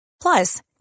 Plus